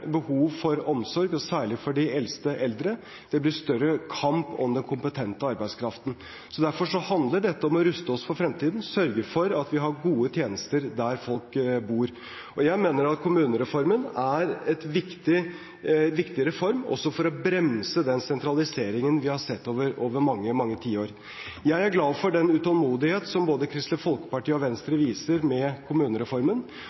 behov for omsorg, særlig for de eldste eldre, og det blir større kamp om den kompetente arbeidskraften. Derfor handler dette om å ruste oss for fremtiden og sørge for at vi har gode tjenester der folk bor. Jeg mener at kommunereformen er en viktig reform også for å bremse den sentraliseringen vi har sett over mange, mange tiår. Jeg er glad for den utålmodigheten som både Kristelig Folkeparti og Venstre viser med hensyn til kommunereformen,